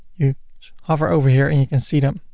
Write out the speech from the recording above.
you hover over here and you can see them.